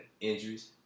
Injuries